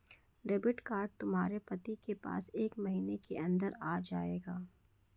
debit card तुम्हारे पति के पास एक महीने के अंदर आ जाएगा